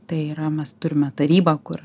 tai yra mes turime tarybą kur